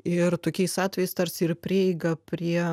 ir tokiais atvejais tarsi ir prieiga prie